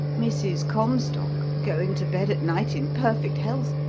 mrs. comstock, going to bed at night in perfect health,